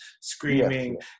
screaming